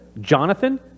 Jonathan